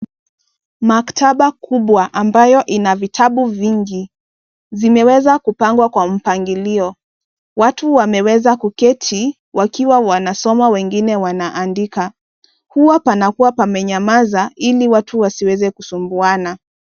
Maktaba kubwa ambayo ina vitabu vingi zimeweza kupangwa kwa mpangilio. Watu wameweza kuketi wakiwa wanasoma wengine wanaandika. Huwa panakuwa pamenyamaza ili watu wasiweze kusumbuana.